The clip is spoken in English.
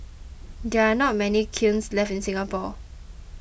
there are not many kilns left in Singapore